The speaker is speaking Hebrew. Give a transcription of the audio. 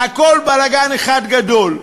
והכול בלגן אחד גדול.